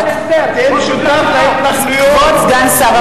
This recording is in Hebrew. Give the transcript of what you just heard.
אמר שאין סיכוי להגיע להסדר.